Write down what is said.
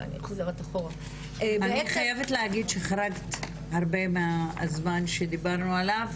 אני חייבת להגיד שחרגת הרבה מהזמן שדיברנו עליו,